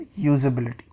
usability